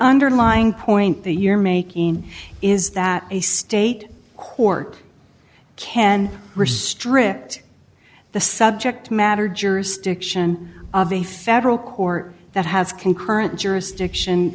underlying point that you're making is that a state court can restrict the subject matter jurisdiction of a federal court that has concurrent jurisdiction